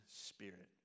spirit